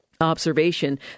observation